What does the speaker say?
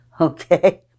okay